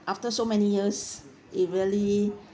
after so many years it really